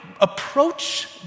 approach